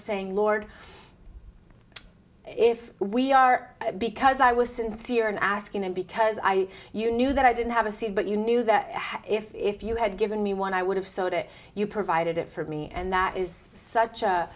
saying lord if we are because i was sincere in asking and because i you knew that i didn't have a seed but you knew that if you had given me one i would have sold it you provided it for me and that is such